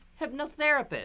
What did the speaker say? hypnotherapist